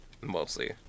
Mostly